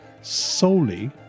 solely